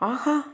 Aha